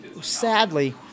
sadly